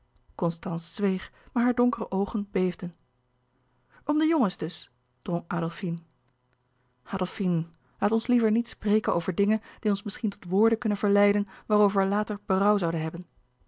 constance zweeg maar hare donkere oogen beefden om de jongens dus drong adolfine adolfine laat ons liever niet spreken over dingen die ons misschien tot woorden kunnen verleiden waarover we later berouw zouden hebben